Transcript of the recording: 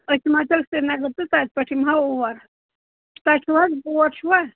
أسۍ یِمہو تیٚلہِ سریٖنگرٕ تہٕ تَتہِ پٮ۪ٹھٕ یِمہو اور تۄہہِ چھُو حظ بوٹ چھُوا